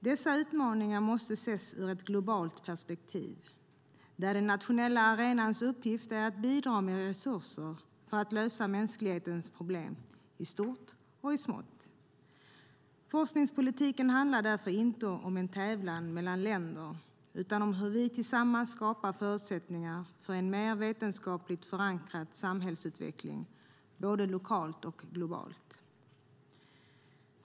Dessa utmaningar måste ses ur ett globalt perspektiv, där den nationella arenans uppgift är att bidra med resurser för att lösa mänsklighetens problem, i stort och i smått. Forskningspolitiken handlar därför inte om en tävlan mellan länder utan om hur vi tillsammans skapar förutsättningar för en mer vetenskapligt förankrad samhällsutveckling, både lokalt och globalt.